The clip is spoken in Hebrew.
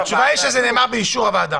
כתוב תקנות לסעיף הזה טעונות אישור הוועדה.